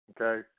okay